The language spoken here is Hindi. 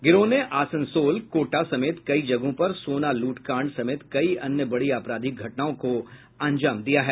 गिरोह ने आसनसोल कोटा समेत कई जगहों पर सोना लूट कांड समेत कई अन्य बड़ी अपराधिक घटनाओं को अंजाम दिया है